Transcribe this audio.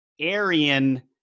Aryan